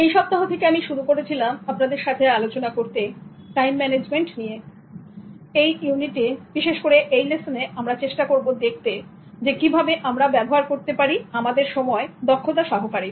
এই সপ্তাহে আমি শুরু করেছিলাম আপনাদের সাথে আলোচনা করতে টাইম ম্যানেজমেন্ট নিয়ে এবং এই ইউনিটে বিশেষ করে এই লেসনে আমরা চেষ্টা করব দেখতে যে কিভাবে আমরা ব্যবহার করতে পারি আমাদের সময় দক্ষতা সহকারে